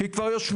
כי כבר יש,